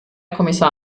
kommissar